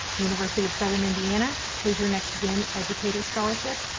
university of southern indiana, hoosier next gen educator scholarship,